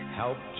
help